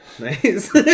Nice